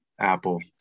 Apple